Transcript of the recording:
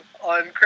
on